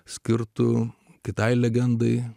skirtu kitai legendai